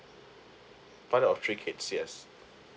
father of three kids yes